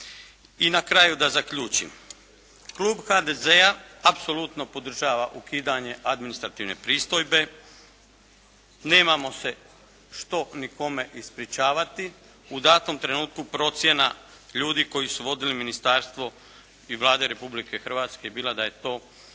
I na kraju da zaključim. Klub HDZ-a apsolutno podržava ukidanje administrativne pristojbe, nemamo se što ni kome ispričavati. U datom trenutku procjena ljudi koji su vodili ministarstvo i Vlada Republike Hrvatske je vidjela da je to mjera,